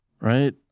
Right